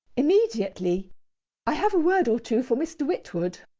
immediately i have a word or two for mr. witwoud.